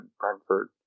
Brentford